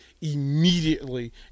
immediately